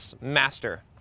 Master